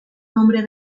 nombre